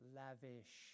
lavish